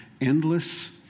endless